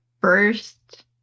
first